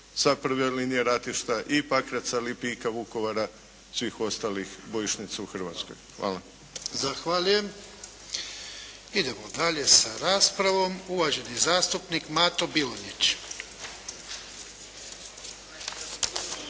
sa prve linije ratišta i Pakraca, Lipika, Vukovara, svih ostalih bojišnica u Hrvatskoj. Hvala. **Jarnjak, Ivan (HDZ)** Zahvaljujem. Idemo dalje sa raspravom. Uvaženi zastupnik Mato Bilonjić.